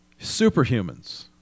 superhumans